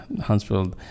Huntsville